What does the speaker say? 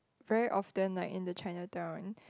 very often like in the Chinatown